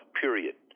period